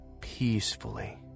peacefully